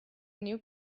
new